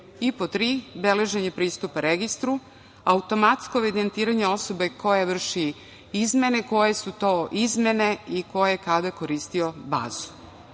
i pod tri – beleženje pristupa registru, automatsko evidentiranje osobe koja vrši izmene, koje su to izmene i ko je i kada koristio bazu. Ovaj